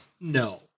no